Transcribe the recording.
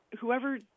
whoever